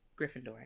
Gryffindor